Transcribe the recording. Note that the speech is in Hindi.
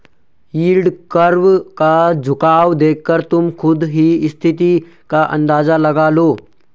यील्ड कर्व का झुकाव देखकर तुम खुद ही स्थिति का अंदाजा लगा लो